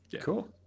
Cool